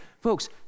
folks